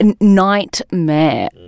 Nightmare